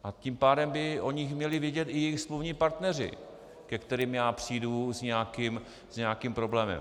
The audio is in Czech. A tím pádem by o nich měli vědět i jejich smluvní partneři, ke kterým já přijdu s nějakým problémem.